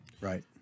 right